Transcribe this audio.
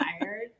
tired